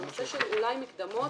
הנושא של אולי מקדמות.